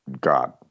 God